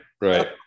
right